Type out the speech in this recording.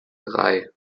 drei